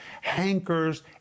hankers